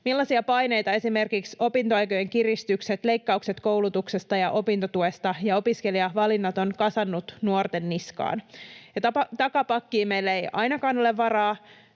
Millaisia paineita esimerkiksi opintoaikojen kiristykset, leikkaukset koulutuksesta ja opintotuesta ja opiskelijavalinnat ovat kasanneet nuorten niskaan? Takapakkiin meillä ei ainakaan ole varaa.